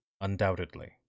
undoubtedly